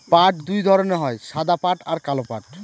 পাট দুই ধরনের হয় সাদা পাট আর কালো পাট